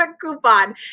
coupon